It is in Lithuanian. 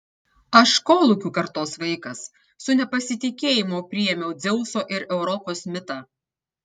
aš kolūkių kartos vaikas su nepasitikėjimu priėmiau dzeuso ir europos mitą